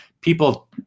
people